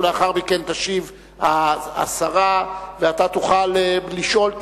ולאחר מכן תשיב השרה ואתה תוכל לשאול,